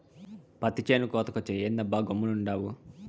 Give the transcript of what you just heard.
పత్తి చేను కోతకొచ్చే, ఏందబ్బా గమ్మునుండావు